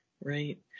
right